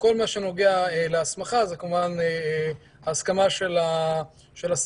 בכל מה שנוגע להסמכה זה כמובן הסכמה של השרים